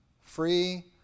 free